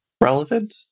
relevant